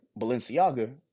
Balenciaga